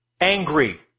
angry